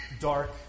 dark